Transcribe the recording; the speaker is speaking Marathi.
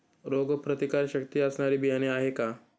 रोगप्रतिकारशक्ती असणारी बियाणे आहे का?